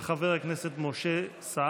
של חבר הכנסת משה סעדה.